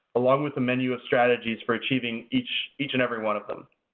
along with the menu of strategies for achieving each each and every one of them.